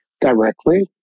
directly